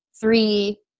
three